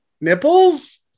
nipples